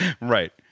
Right